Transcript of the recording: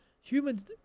humans